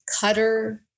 cutter